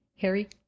Harry